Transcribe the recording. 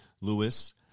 Lewis